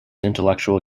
intellectual